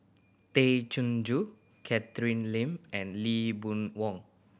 Tay Chin Joo Catherine Lim and Lee Boon Wang